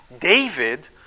David